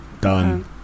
Done